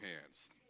hands